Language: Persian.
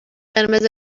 قرمز